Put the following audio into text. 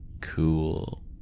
Cool